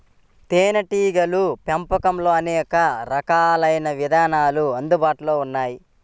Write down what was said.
తేనీటీగల పెంపకంలో అనేక రకాలైన విధానాలు అందుబాటులో ఉన్నాయి